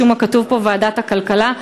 משום מה כתוב כאן ועדת הכלכלה.